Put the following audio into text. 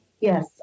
Yes